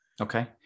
Okay